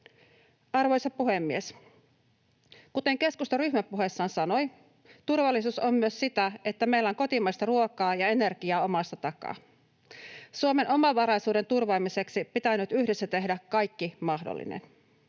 Arvoisa puhemies! Kuten keskusta ryhmäpuheessaan sanoi, turvallisuus on myös sitä, että meillä on kotimaista ruokaa ja energiaa omasta takaa. Suomen omavaraisuuden turvaamiseksi pitää nyt yhdessä tehdä kaikki mahdollinen.